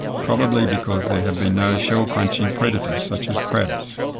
probably because there have been no shell-crunching predators such as crabs.